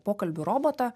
pokalbių robotą